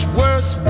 worse